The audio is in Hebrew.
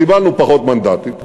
קיבלנו פחות מנדטים.